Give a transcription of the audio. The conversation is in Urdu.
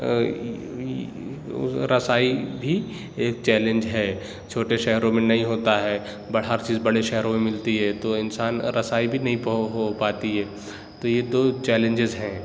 رسائی بھی ایک چلینج ہے چھوٹے شہروں میں نہیں ہوتا ہے بڑھا ہر چیز بڑے شہروں میں ملتی ہے تو انسان رسائی بھی نہیں ہو ہو پاتی ہے تو یہ دو چیلینجیز ہیں